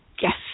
Yes